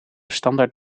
standaard